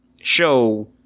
show